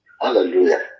Hallelujah